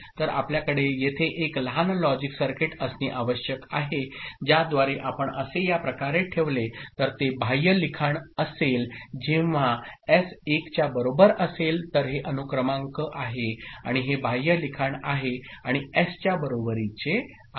तर आपल्याकडे येथे एक लहान लॉजिक सर्किट असणे आवश्यक आहे ज्याद्वारे आपण असे या प्रकारे ठेवले तर ते बाह्य लिखाण असेल जेव्हा एस 1 च्या बरोबर असेल तर हे अनुक्रमांक आहे आणि हे बाह्य लिखाण आहे आणि एस च्या बरोबरीचे आहे